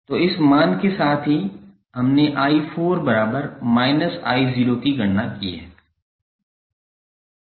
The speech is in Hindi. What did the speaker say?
तो इस मान के साथ कि हमने 𝑖4−𝐼0 की गणना की है